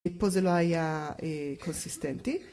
מפה זה לא היה קונסיסטנטי.